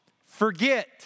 forget